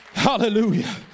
Hallelujah